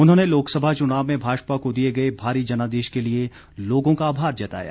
उन्होंने लोकसभा चुनाव में भाजपा को दिए गए भारी जनादेश के लिए लोगों का आभार जताया